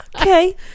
Okay